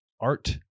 art